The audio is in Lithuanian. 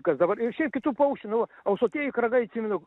kas dabar ir šiaip kitų paukščių nu ausuotieji kragai atsimenu